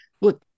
look